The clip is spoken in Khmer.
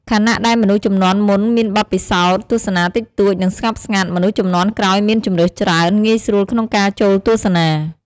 ខណៈដែលមនុស្សជំនាន់មុនមានបទពិសោធន៍ទស្សនាតិចតួច និងស្ងប់ស្ងាត់ មនុស្សជំនាន់ក្រោយមានជម្រើសច្រើន ងាយស្រួលក្នុងការចូលទស្សនា ។